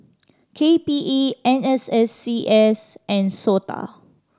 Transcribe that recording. K P E N S S C S and SOTA